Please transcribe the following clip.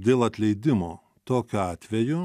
dėl atleidimo tokiu atveju